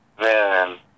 Man